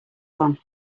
one